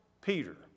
Peter